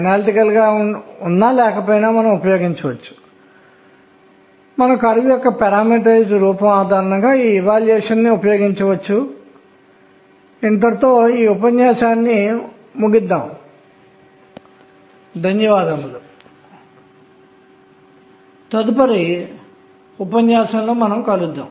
అన్నింటినీ భద్రపరచాలి మరియు పూర్తి సిద్ధాంతం నుండి స్వతస్సిద్ధంగా బయటకు రావాలి అది బయటకు వచ్చే క్వాంటం మెకానిక్స్ ను అభివృద్ధి చేసినప్పుడు మనం దీనిని చూస్తాము